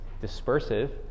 dispersive